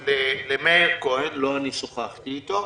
למאיר כהן, לא אני שוחחתי איתו,